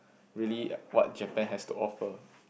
really what Japan has to offer